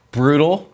brutal